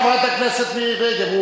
חברת הכנסת מירי רגב.